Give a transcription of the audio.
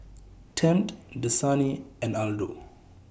Tempt Dasani and Aldo